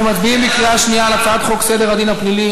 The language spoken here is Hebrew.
אנחנו מצביעים בקריאה שנייה על הצעת חוק סדר הדין הפלילי